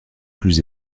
plus